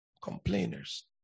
complainers